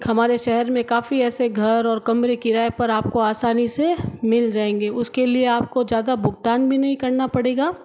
हमारे शहर में काफी ऐसे घर और कमरे किराए पर आपको आसानी से मिल जाएंगे उसके लिए आपको ज़्यादा भुगतान भी नहीं करना पड़ेगा